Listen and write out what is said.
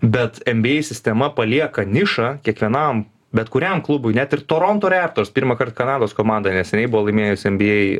bet nba sistema palieka nišą kiekvienam bet kuriam klubui net ir toronto raptors pirmąkart kanados komanda neseniai buvo laimėjusi nba